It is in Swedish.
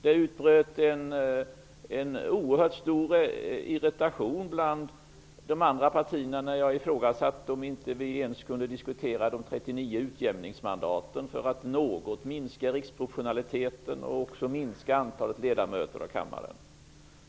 Det utbröt en oerhört stor irritation bland de andra partierna när jag undrade om vi inte ens skulle diskutera de 39 utjämningsmandaten när det gäller att något minska effekten av riksproportionaliteten och antalet ledamöter av kammaren.